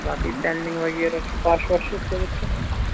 باقٕے پینلِنٛگ وغیرہ چھُ پَش وَش چھُس کٔرِتھ کِنہٕ نہ